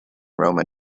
roman